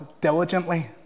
diligently